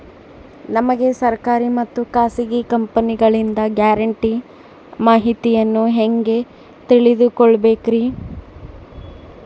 ನಮಗೆ ಸರ್ಕಾರಿ ಮತ್ತು ಖಾಸಗಿ ಕಂಪನಿಗಳಿಂದ ಗ್ಯಾರಂಟಿ ಮಾಹಿತಿಯನ್ನು ಹೆಂಗೆ ತಿಳಿದುಕೊಳ್ಳಬೇಕ್ರಿ?